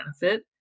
benefit